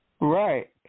Right